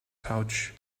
pouch